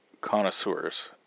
connoisseurs